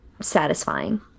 satisfying